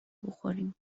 بخوریم